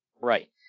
Right